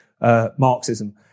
Marxism